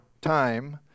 time